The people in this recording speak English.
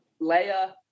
Leia